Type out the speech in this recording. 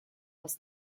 was